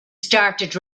started